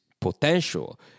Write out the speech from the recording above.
potential